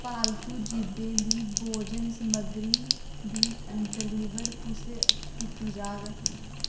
पालतू जीवें दी भोजन समग्री दी डलीवरी कुसलै कीती जाग